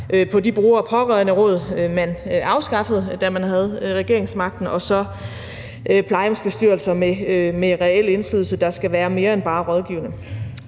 på de bruger- og pårørenderåd, man afskaffede, da man havde regeringsmagten, og så plejehjemsbestyrelser med reel indflydelse, der skal være mere end bare rådgivende.